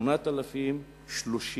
8,030